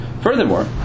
Furthermore